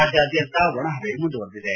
ರಾಜ್ಯಾದ್ಯಂತ ಒಣಹವೆ ಮುಂದುವರಿದಿದೆ